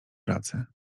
pracy